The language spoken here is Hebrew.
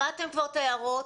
שמעתם כבר את ההערות.